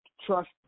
trust